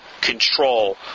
control